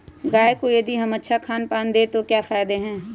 गाय को यदि हम अच्छा खानपान दें तो क्या फायदे हैं?